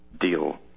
deal